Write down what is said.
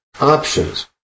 options